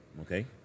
Okay